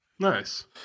Nice